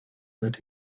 that